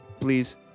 please